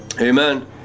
Amen